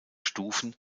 stufen